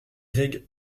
rég